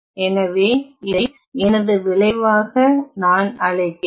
எனவே இதை எனது விளைவாக நான் அழைக்கிறேன்